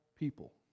people